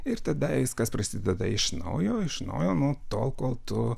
ir tada viskas prasideda iš naujo iš naujo nuo tol kol tu